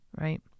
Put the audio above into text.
right